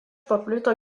paplito